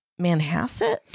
manhasset